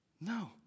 no